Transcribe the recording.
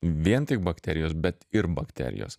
vien tik bakterijos bet ir bakterijos